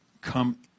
come